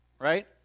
Right